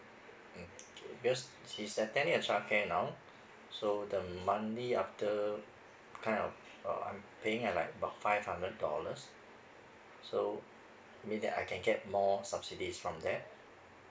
mm because she's attending a childcare now so the monthly after kind of uh I'm paying at like about five hundred dollars so maybe that I can get more subsidies from that